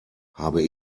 habe